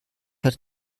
hat